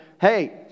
Hey